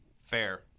Fair